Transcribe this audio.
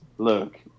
Look